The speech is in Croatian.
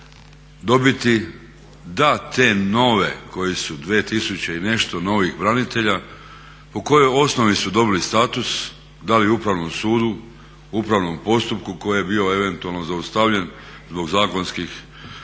dobiti da te nove koji su 2000 i nešto novih branitelja, po kojoj osnovi su dobili status da li Upravnom sudu, upravnom postupku koji je bio eventualno zaustavljen zbog zakonskih